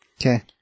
Okay